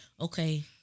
okay